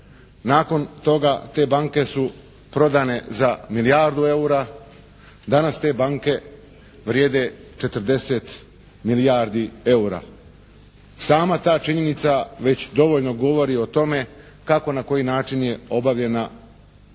nakon toga te banke su prodane za milijardu eura, danas te banke vrijede 40 milijardi eura. Sama ta činjenica već dovoljno govori o tome kako i na koji način je obavljena privatizacija,